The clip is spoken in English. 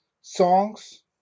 songs